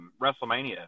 WrestleMania